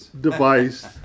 device